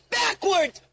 backwards